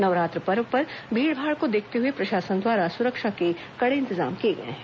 नवरात्र पर्व पर भीड़भाड़ को देखते हुए प्रशासन द्वारा सुरक्षा के कड़े इंतजाम किए गए हैं